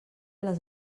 les